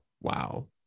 wow